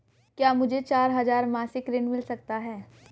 क्या मुझे चार हजार मासिक ऋण मिल सकता है?